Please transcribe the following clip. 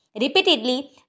Repeatedly